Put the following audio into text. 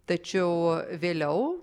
tačiau vėliau